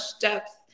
depth